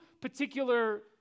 particular